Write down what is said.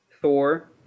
Thor